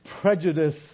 prejudice